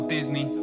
Disney